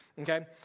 Okay